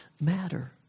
matter